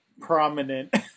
prominent